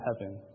heaven